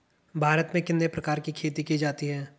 भारत में कितने प्रकार की खेती की जाती हैं?